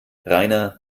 rainer